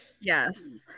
yes